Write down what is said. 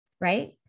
right